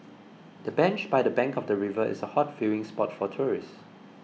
the bench by the bank of the river is a hot viewing spot for tourists